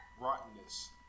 rottenness